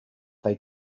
they